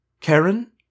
Karen